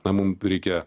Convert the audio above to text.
na mum reikia